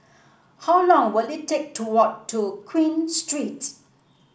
how long will it take to walk to Queen Street